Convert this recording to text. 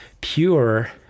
pure